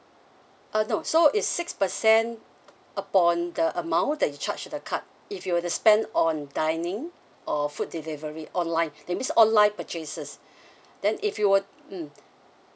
uh no so it's six percent upon the amount that you charge the card if you were to spend on dining or food delivery online that means online purchases then if you were mm